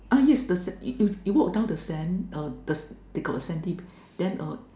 uh yes the sand you you walk down the sand uh this they got a sandy bay then uh